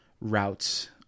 routes